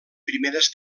primeres